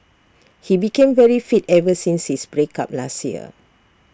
he became very fit ever since his break up last year